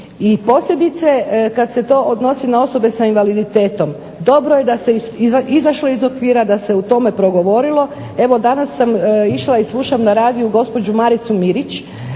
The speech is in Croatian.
I posebice kad se to odnosi na osobe sa invaliditetom dobro je da se izašlo iz okvira, da se o tome progovorilo. Evo danas sam išla i slušam na radiju gospođu Maricu Mirić,